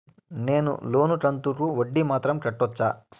నేను లోను కంతుకు వడ్డీ మాత్రం కట్టొచ్చా?